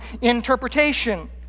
interpretation